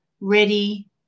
ready